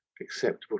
acceptable